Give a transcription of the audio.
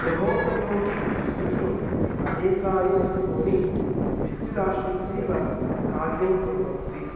गृहोपयोगी वस्तुषु अनेकानि वस्तूनि विद्युताश्रित्येव कार्यं कुर्वन्ति